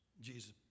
Jesus